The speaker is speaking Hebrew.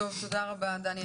תודה רבה, דני.